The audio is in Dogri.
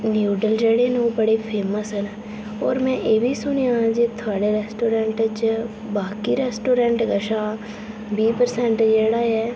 न्यूडल जेह्ड़े न ओह् बड़े फेमस च मोमोज न होर में एह् बी सुनेआ जे थुआड़े रेस्टोरेंट च बाकी रेस्टोरेंट कशा बीह् परसेंट जेह्ड़ा ऐ